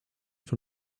from